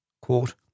Quote